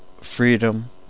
freedom